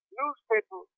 newspaper